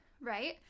right